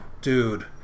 dude